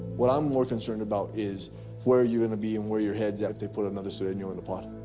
what i'm more concerned about is where you're gonna be and where you're heads at if they put another sureno in the pod.